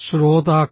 ശ്രോതാക്കൾ